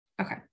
Okay